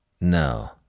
No